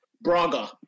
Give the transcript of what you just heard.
Braga